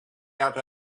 out